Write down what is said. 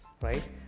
Right